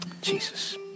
Jesus